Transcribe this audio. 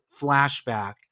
Flashback